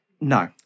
no